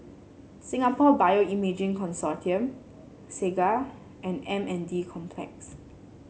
Singapore Bioimaging Consortium Segar and M N D Complex